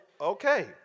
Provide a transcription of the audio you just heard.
Okay